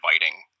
inviting